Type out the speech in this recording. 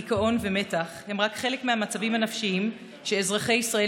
דיכאון ומתח הם רק חלק מהמצבים הנפשיים שאזרחי ישראל